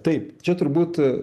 taip čia turbūt